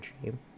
dream